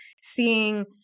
seeing